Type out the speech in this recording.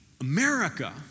America